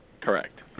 correct